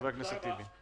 חבר הכנסת טיבי.